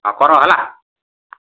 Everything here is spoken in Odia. ଆଉ କର ହେଲା